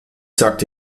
sagte